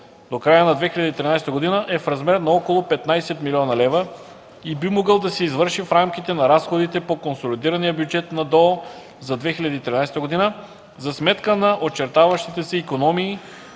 до края на 2013 г. е в размер на около 15 млн. лв. и би могъл да се извърши в рамките на разходите по консолидирания бюджет на ДОО за 2013 г. за сметка на очертаващите се икономии